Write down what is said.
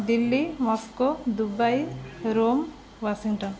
Delhi Moscow Dubai Rome Washington